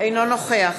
אינו נוכח